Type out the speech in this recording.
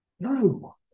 No